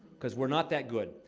because we're not that good.